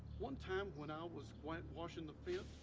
one time when i was whitewashing the fence